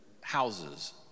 houses